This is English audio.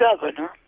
governor